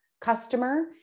customer